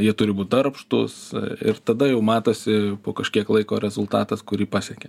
jie turi būti darbštūs ir tada jau matosi po kažkiek laiko rezultatas kurį pasiekia